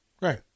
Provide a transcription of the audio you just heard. Right